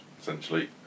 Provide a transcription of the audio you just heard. essentially